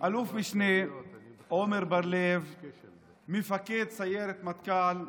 אלוף משנה עמר בר לב, מפקד סיירת מטכ"ל,